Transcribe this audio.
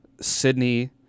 Sydney